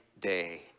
day